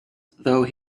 though